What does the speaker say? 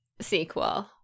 sequel